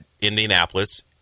Indianapolis